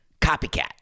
copycat